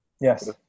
Yes